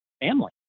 family